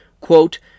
Quote